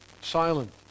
silent